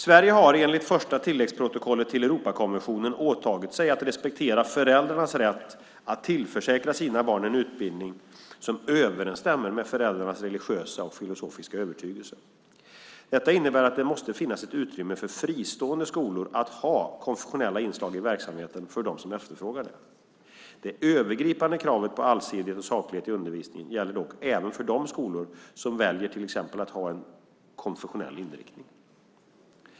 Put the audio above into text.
Sverige har, enligt första tilläggsprotokollet till Europakonventionen, åtagit sig att respektera föräldrarnas rätt att tillförsäkra sina barn en utbildning som överensstämmer med föräldrarnas religiösa och filosofiska övertygelse. Detta innebär att det måste finnas ett utrymme för fristående skolor att ha konfessionella inslag i verksamheten för dem som efterfrågar det. Det övergripande kravet på allsidighet och saklighet i undervisningen gäller dock även för de skolor som väljer till exempel att ha en konfessionell inriktning.